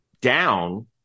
down